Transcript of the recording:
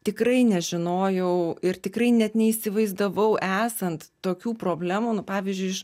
tikrai nežinojau ir tikrai net neįsivaizdavau esant tokių problemų nu pavyzdžiui iš